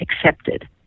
accepted